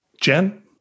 Jen